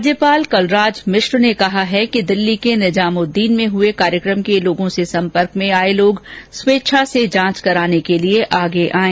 राज्यपाल कलराज मिश्र ने कहा है कि दिल्ली के निजामुद्दीन में हुए कार्यकम के लोगों से सम्पर्क में आए लोग स्वेच्छा से जांच कराने के लिए आगे आएँ